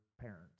parents